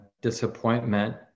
disappointment